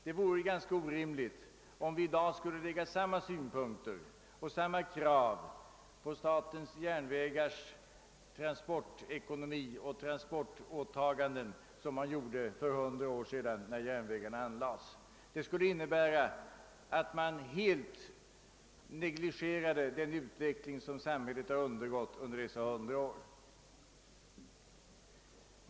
Det vore ganska orimligt om vi i dag skulle anlägga samma synpunkter och uppställa samma krav på järnvägarnas transportekonomi och transportåtaganden som man gjorde för hundra år sedan, när järnvägarna anlades. Det skulle innebära ett totali negligerande av den utveckling som samhället undergått under dessa hundra år.